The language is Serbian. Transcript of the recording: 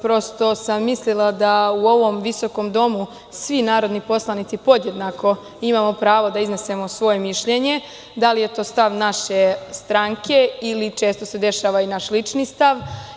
Prosto sam mislila da u ovom visokom domu svi mi narodni poslanici podjednako imamo pravo da iznesemo svoje mišljenje, da li je to stav naše stranke ili, često se dešava, naš lični stav.